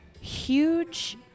huge